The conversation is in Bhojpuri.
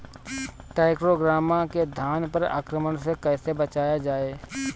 टाइक्रोग्रामा के धान पर आक्रमण से कैसे बचाया जाए?